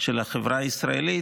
של החברה הישראלית,